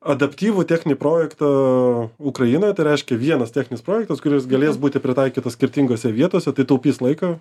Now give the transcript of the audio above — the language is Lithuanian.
adaptyvų techninį projektą ukrainoj tai reiškia vienas techninis projektas kuris galės būti pritaikytas skirtingose vietose tai taupys laiką